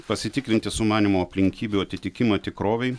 pasitikrinti sumanymo aplinkybių atitikimą tikrovei